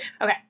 Okay